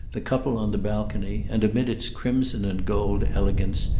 the couple on the balcony, and amid its crimson-and-gold elegance,